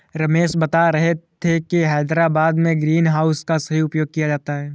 रमेश बता रहे थे कि हैदराबाद में ग्रीन हाउस का सही उपयोग किया जाता है